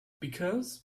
because